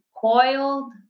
coiled